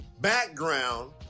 background